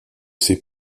ses